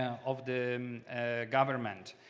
of the um ah government.